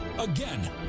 Again